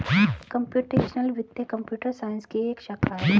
computational वित्त computer science की ही एक शाखा है